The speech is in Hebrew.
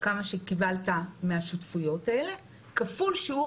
כמה שקיבלת מהשותפויות האלה כפול שיעור